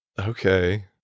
Okay